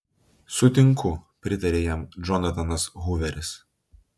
sutinku pritarė jam džonatanas huveris